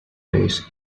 race